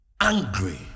angry